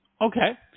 Okay